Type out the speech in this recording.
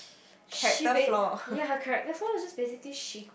she basically~ ya her character flaw was just basically she